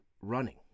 running